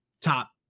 top